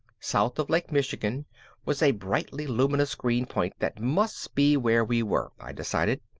south of lake michigan was a brightly luminous green point that must be where we were, i decided.